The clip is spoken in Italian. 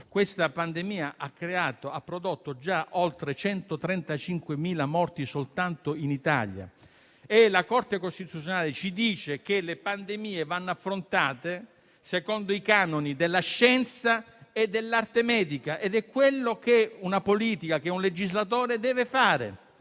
questa pandemia ha creato! Ha prodotto già oltre 135.000 morti soltanto in Italia. La Corte costituzionale ci dice che le pandemie vanno affrontate secondo i canoni della scienza e dell'arte medica, ed è quello che la politica, il legislatore devono fare,